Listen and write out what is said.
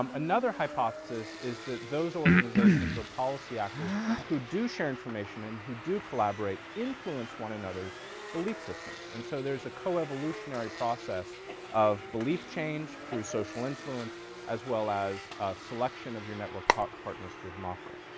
um another hypothesis is that those organizations or policy actors who do share information and who do collaborate influence one another's belief systems and so there's a co-evolutionary process of belief change through social influence as well as selection of your network partners through homophily.